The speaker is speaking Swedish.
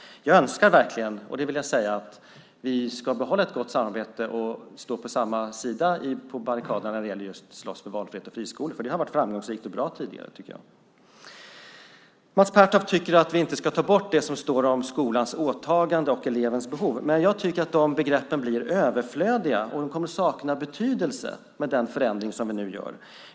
Jag önskar verkligen att vi ska behålla ett gott samarbete och stå på samma sida av barrikaderna när det gäller just att slåss för valfrihet och friskolor, för det har varit framgångsrikt och bra tidigare, tycker jag. Mats Pertoft tycker att vi inte ska ta bort det som står om skolans åtagande och elevens behov. Jag tycker att de begreppen blir överflödiga. De kommer att sakna betydelse med den förändring som vi nu gör.